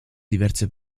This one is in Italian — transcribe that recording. diverse